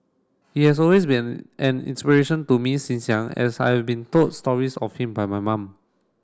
he has always been an inspiration to me since young as I've been told stories of him by my mum